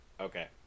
Okay